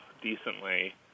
decently